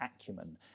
acumen